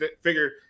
figure